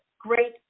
great